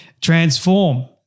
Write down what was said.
transform